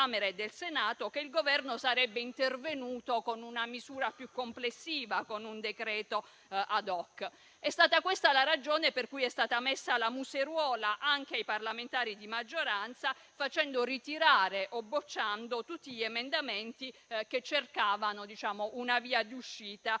e del Senato che il Governo sarebbe intervenuto con una misura più complessiva, con un decreto *ad hoc*. È stata questa la ragione per cui è stata messa la museruola anche ai parlamentari di maggioranza, facendo ritirare o bocciando tutti gli emendamenti che cercavano una via d'uscita